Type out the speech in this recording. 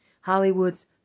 Hollywood's